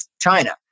China